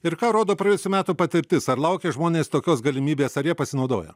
ir ką rodo praėjusių metų patirtis ar laukė žmonės tokios galimybės ar jie pasinaudojo